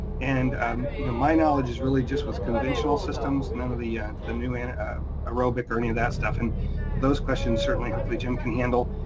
and um you know my knowledge is really just with conventional systems, none of the yeah the new and aerobic or any of that stuff. and those questions certainly, hopefully jim can handle.